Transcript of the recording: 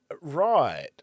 Right